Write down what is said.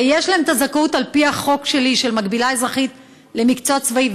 ויש להם זכאות על פי החוק שלי של מקבילה אזרחית למקצוע צבאי,